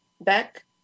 Beck